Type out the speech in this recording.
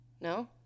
No